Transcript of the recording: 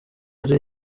ari